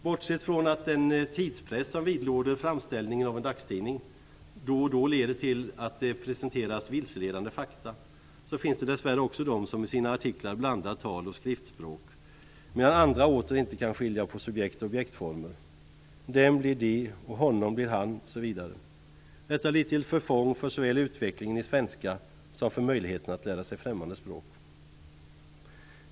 Bortsett från att den tidspress som vidlåder framställningen av en dagstidning då och då leder till att det presenteras vilseledande fakta, så finns det dess värre också de som i sina artiklar blandar tal och skriftspråk, medan andra åter inte kan skilja på subjekt och objektformer. Dem blir de och honom blir han, osv. Detta blir till förfång för såväl utvecklingen i svenska som möjligheten att lära sig främmande språk.